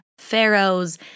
pharaohs